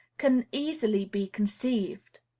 can easily be conceived.